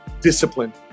discipline